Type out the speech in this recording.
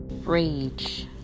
Rage